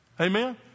Amen